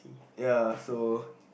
ya so